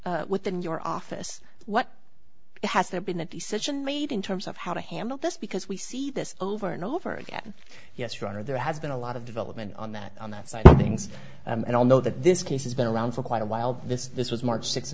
discussion within your office what has there been a decision made in terms of how to handle this because we see this over and over again yes roger there has been a lot of development on that on that side of things and i know that this case has been around for quite a while but this is this was march six